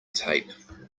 tape